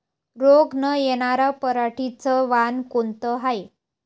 रोग न येनार पराटीचं वान कोनतं हाये?